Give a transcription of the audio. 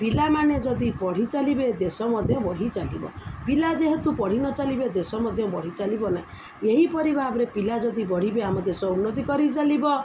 ପିଲାମାନେ ଯଦି ପଢ଼ି ଚାଲିବେ ଦେଶ ମଧ୍ୟ ବଢ଼ି ଚାଲିବ ପିଲା ଯେହେତୁ ପଢ଼ିି ନ ଚାଲିବେ ଦେଶ ମଧ୍ୟ ବଢ଼ି ଚାଲିବ ନାହିଁ ଏହିପରି ଭାବରେ ପିଲା ଯଦି ବଢ଼ିବେ ଆମ ଦେଶ ଉନ୍ନତି କରି ଚାଲିବ